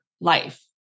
life